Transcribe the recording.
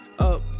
Up